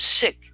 sick